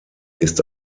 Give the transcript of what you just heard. ist